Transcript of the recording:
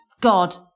God